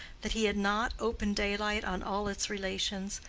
that he had not open daylight on all its relations,